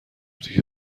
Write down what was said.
دیگه